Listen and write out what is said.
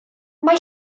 mae